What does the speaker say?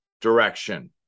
direction